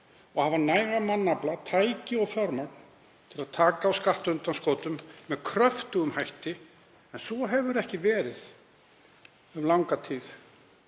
og hafa nægan mannafla, tæki og fjármagn til að taka á skattundanskotum með kröftugum hætti. En svo hefur ekki verið um langa tíð.